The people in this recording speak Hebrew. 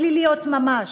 פליליות ממש.